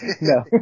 No